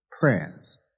prayers